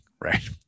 right